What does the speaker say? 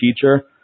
teacher